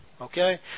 Okay